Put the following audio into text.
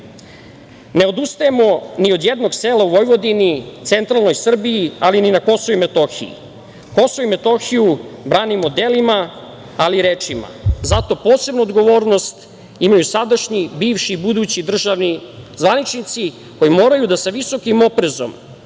odustajemo ni od jednog sela u Vojvodini, centralnoj Srbiji, ali ni na Kosovu i Metohiji. Kosovo i Metohiju branimo delima, ali i rečima. Zato posebnu odgovornost imaju sadašnji, bivši i budući državni zvaničnici koji moraju da sa visokim oprezom